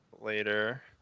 later